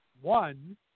One